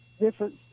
different